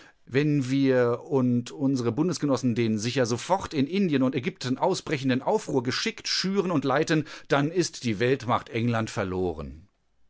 wenn wir und unsere bundesgenossen den sicher sofort in indien und ägypten ausbrechenden aufruhr geschickt schüren und leiten dann ist die weltmacht england verloren